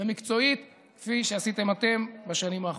ומקצועית כפי שעשיתם אתם בשנים האחרונות.